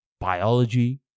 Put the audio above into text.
biology